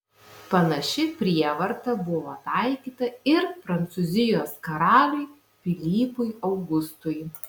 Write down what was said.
panaši prievarta buvo taikyta ir prancūzijos karaliui pilypui augustui